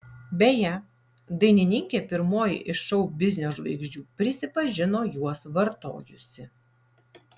beje dainininkė pirmoji iš šou biznio žvaigždžių prisipažino juos vartojusi